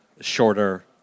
shorter